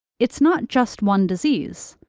it's not just one disease.